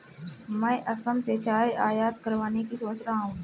मैं असम से चाय आयात करवाने की सोच रहा हूं